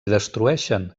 destrueixen